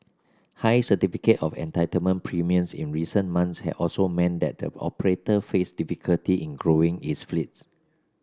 high certificate of entitlement premiums in recent months also meant that the operator faced difficulty in growing its fleet